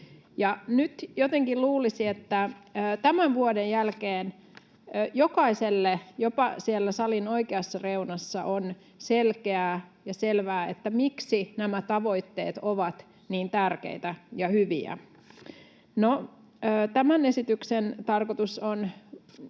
Nyt jotenkin luulisi, että tämän vuoden jälkeen jokaiselle jopa siellä salin oikeassa reunassa on selkeää ja selvää, miksi nämä tavoitteet ovat niin tärkeitä ja hyviä. No, tämän esityksen tarkoitus on